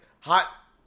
hot